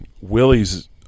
Willie's